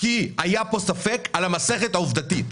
כי היה ספק לגבי המסכת העובדתית.